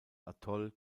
atoll